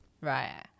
right